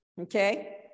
okay